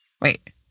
Wait